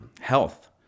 health